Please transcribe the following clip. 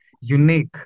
unique